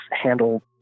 handle